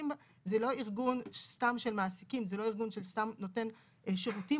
זה לא סתם ארגון של מעסיקים ולא ארגון שסתם נותן שירותים,